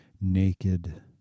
naked